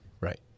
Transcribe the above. Right